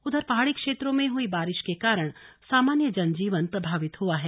उधर पहाड़ी क्षेत्रों में हुई बारिश के कारण सामान्य जन जीवन प्रभावित हुआ है